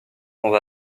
sans